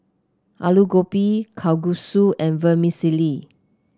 Alu Gobi Kalguksu and Vermicelli